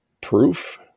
proof